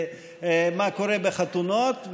מה קורה בחתונות,